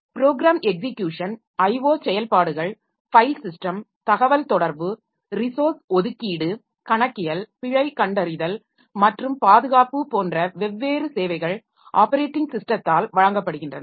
program execution IO செயல்பாடுகள் file system தகவல் தொடர்பு ரிசோர்ஸ் ஒதுக்கீடு கணக்கியல் பிழை கண்டறிதல் மற்றும் பாதுகாப்பு போன்ற வெவ்வேறு சேவைகள் ஆப்பரேட்டிங் ஸிஸ்டத்தால் வழங்கப்படுகின்றன